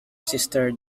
sister